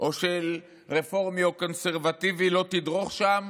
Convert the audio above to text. או של רפורמי או קונסרבטיבי לא תדרוך שם,